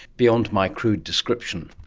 beyond my crude description?